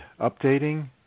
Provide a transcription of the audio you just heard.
updating